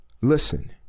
listen